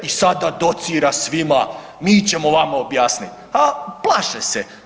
I sad ta docira svima mi ćemo vama objasniti, a plaše se.